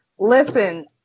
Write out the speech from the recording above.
Listen